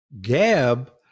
Gab